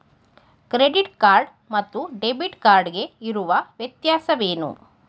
Credit card ಮತ್ತು debit card ಗೆ ಇರುವ ವ್ಯತ್ಯಾಸವೇನು?